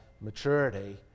maturity